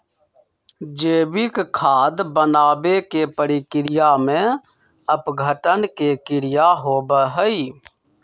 जैविक खाद बनावे के प्रक्रिया में अपघटन के क्रिया होबा हई